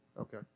Okay